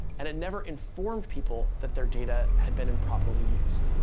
and it never informed people that their data had been improperly used.